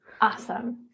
Awesome